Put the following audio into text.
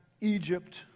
Egypt